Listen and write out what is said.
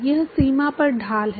यह सीमा पर ढाल है